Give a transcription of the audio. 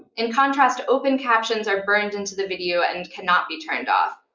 in contrast, open captions are burned into the video and cannot be turned off.